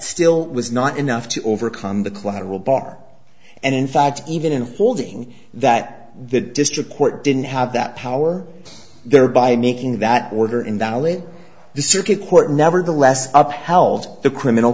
still was not enough to overcome the collateral bar and in fact even in holding that the district court didn't have that power thereby making that order invalid the circuit court nevertheless up held the criminal